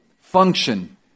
function